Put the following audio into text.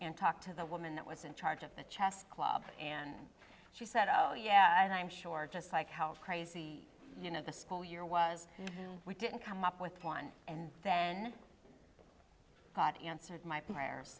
and talked to the woman that was in charge of the chess club and she said oh yeah and i'm sure just like how crazy you know the school year was we didn't come up with one and then answered my prayer